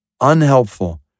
unhelpful